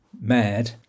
mad